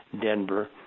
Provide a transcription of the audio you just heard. Denver